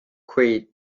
kui